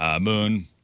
Moon